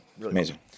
amazing